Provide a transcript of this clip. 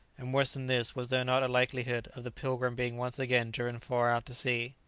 and worse than this, was there not a likelihood of the pilgrim being once again driven far out to sea?